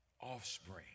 offspring